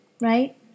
right